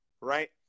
right